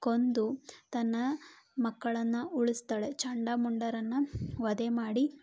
ಕೊಂದು ತನ್ನ ಮಕ್ಕಳನ್ನು ಉಳಿಸ್ತಾಳೆ ಚಂಡ ಮುಂಡರನ್ನು ವಧೆ ಮಾಡಿ